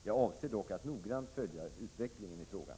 Jag avser dock att noggrant följa utvecklingen i frågan.